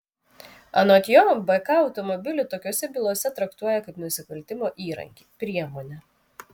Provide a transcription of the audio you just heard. anot jo bk automobilį tokiose bylose traktuoja kaip nusikaltimo įrankį priemonę